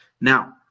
Now